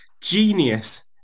genius